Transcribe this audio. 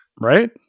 right